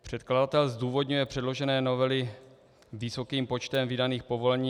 Předkladatel zdůvodňuje předloženou novelu vysokým počtem vydaných povolení.